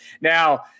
Now